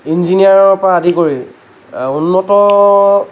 ইঞ্জিনিয়াৰৰ পৰা আদি কৰি উন্নত